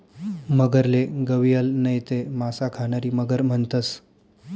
मगरले गविअल नैते मासा खानारी मगर म्हणतंस